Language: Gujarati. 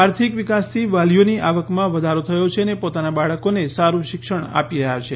આર્થિક વિકાસથી વાલીઓની આવકમાં વધારો થયો છે અને પોતાના બાળકોને સારૃં શિક્ષણ આપી રહ્યા છે